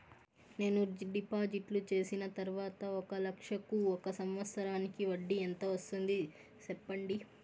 నేను డిపాజిట్లు చేసిన తర్వాత ఒక లక్ష కు ఒక సంవత్సరానికి వడ్డీ ఎంత వస్తుంది? సెప్పండి?